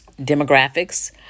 demographics